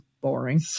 boring